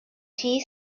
tea